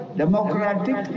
democratic